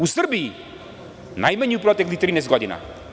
U Srbiji najmanji u proteklih 13 godina.